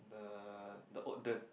the the oat